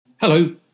Hello